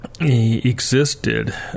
existed